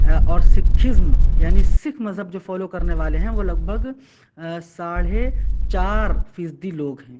اور سکھزم یعنی سکھ مذہب جو فالو کرنے والے ہیں وہ لگ بھگ ساڑھے چار فیصدی لوگ ہیں